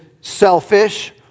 selfish